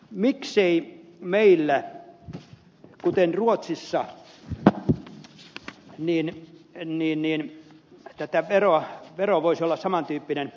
miksei meillä tämän veron osalta voisi olla saman tyyppinen järjestelmä kuin ruotsissa